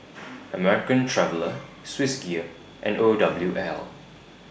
American Traveller Swissgear and O W L